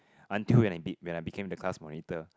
until when I when I became the class monitor